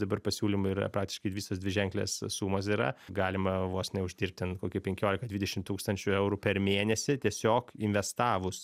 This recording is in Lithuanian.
dabar pasiūlymai yra praktiškai visos dviženklės sumos yra galima vos ne uždirbt ten kokį penkiolika dvidešimt tūkstančių eurų per mėnesį tiesiog investavus